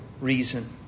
reason